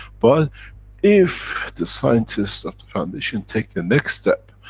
but if, the scientists of the foundation take the next step,